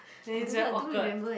then it's very awkward